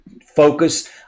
focus